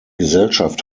gesellschaft